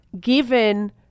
given